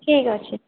ଠିକ୍ ଅଛି